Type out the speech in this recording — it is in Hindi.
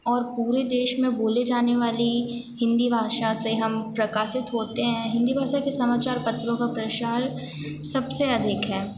और पूरे देश में बोले जाने वाली हिंदी भाषा से हम प्रकाशित होते हैं हिंदी भाषा के समाचार पत्रों का प्रचार सबसे अधिक है